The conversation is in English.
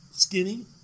Skinny